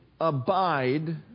abide